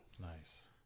Nice